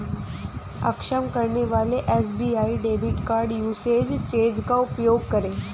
अक्षम करने वाले SBI debit card usage change का उपयोग करें